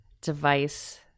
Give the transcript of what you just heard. device